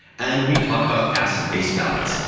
and we talk about acid base balance.